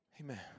Amen